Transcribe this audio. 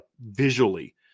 visually